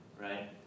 right